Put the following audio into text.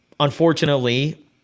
Unfortunately